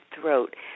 throat